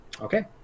Okay